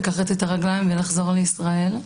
לקחת את הרגליים ולחזור לישראל.